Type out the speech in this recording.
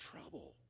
trouble